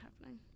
happening